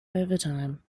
overtime